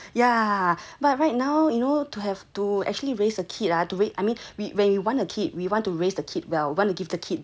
okay just yeah but right now you know to have to actually raise a kid ah to do it I mean we when we want to keep we want to raise the kid well want to give the kid